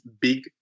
big